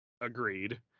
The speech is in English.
Agreed